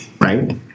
Right